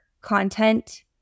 content